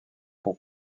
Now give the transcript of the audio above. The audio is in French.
pour